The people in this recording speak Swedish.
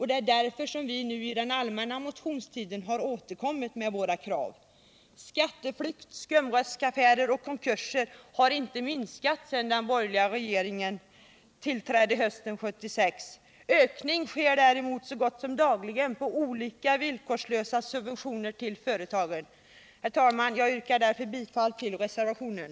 Det är därför som vi under den allmänna motionstiden har återkommit med våra krav. Skatteflykt, skumraskaffärer och konkurser har inte minskat sedan den borgerliga regeringen tillträdde hösten 1976. Ökning av olika villkorslösa subventioner till företagen sker däremot så gott som dagligen. Herr talman! Jag yrkar bifall till reservationen.